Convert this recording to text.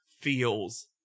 feels